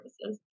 services